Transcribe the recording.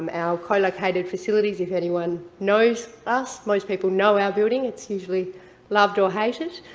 um our co-located facilities, if anyone knows us, most people know our building, it's usually loved or hated.